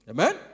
Amen